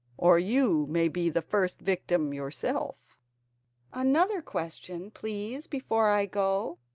or you may be the first victim yourself another question, please, before i go.